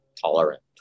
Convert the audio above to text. tolerant